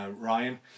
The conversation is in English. ryan